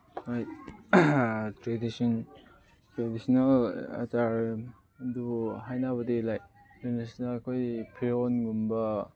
tradition traditional attire ꯑꯗꯨ ꯍꯥꯏꯅꯕꯗꯤ ꯂꯩ ꯑꯗꯨꯒꯤꯁꯤꯅ ꯑꯩꯈꯣꯏ ꯐꯤꯔꯣꯜꯒꯨꯝꯕ